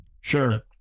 Sure